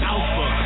Alpha